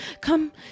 Come